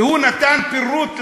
והוא נתן פירוט לאזור,